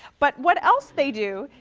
but what else they do,